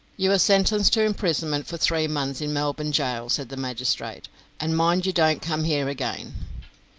you are sentenced to imprisonment for three months in melbourne gaol, said the magistrate and mind you don't come here again.